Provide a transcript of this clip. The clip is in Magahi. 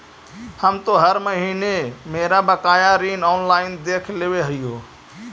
हम तो हर महीने मेरा बकाया ऋण ऑनलाइन देख लेव हियो